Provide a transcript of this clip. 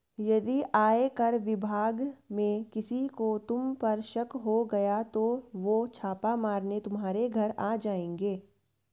यदि आयकर विभाग में किसी को तुम पर शक हो गया तो वो छापा मारने तुम्हारे घर आ जाएंगे